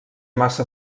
massa